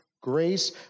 Grace